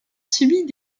subit